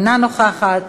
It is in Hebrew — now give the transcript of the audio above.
אינה נוכחת.